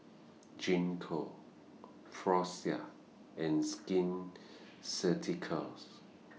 Gingko Floxia and Skin Ceuticals